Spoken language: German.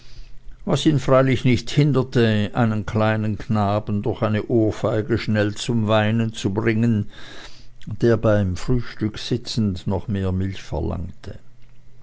was ihn freilich nicht hinderte einen kleinen knaben durch eine ohrfeige schnell zum weinen zu bringen der beim frühstück sitzend noch mehr milch verlangte